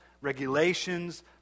regulations